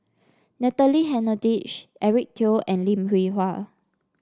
Natalie Hennedige Eric Teo and Lim Hwee Hua